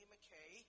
McKay